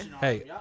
hey